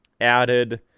added